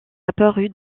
apparue